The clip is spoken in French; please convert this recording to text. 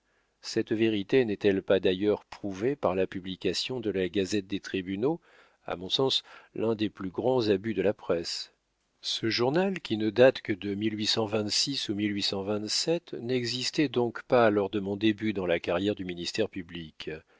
cette vérité n'est-elle pas d'ailleurs prouvée par la publication de la gazette des tribunaux à mon sens l'un des plus grands abus de la presse ce journal qui ne date que de au n'existait donc pas lors de mon début dans la carrière du ministère public